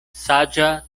saĝa